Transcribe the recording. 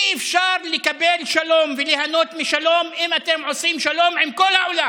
אי-אפשר לקבל שלום וליהנות משלום אם אתם עושים שלום עם כל העולם